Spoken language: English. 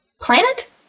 planet